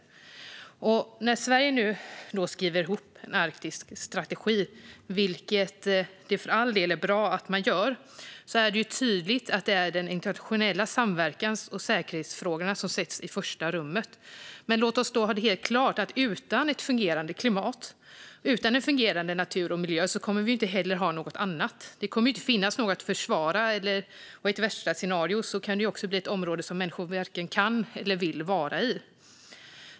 När Sverige nu skriver ihop en arktisk strategi, vilket för all del är bra, är det tydligt att det är den internationella samverkan och säkerhetsfrågorna som sätts i första rummet. Men låt oss ha helt klart för oss att vi utan ett fungerande klimat och en fungerande natur och miljö heller inte kommer att ha något annat. Det kommer inte att finnas något att försvara, och i ett värsta scenario kan det bli ett område där människan varken kan eller vill vara.